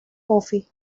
office